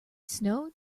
snowed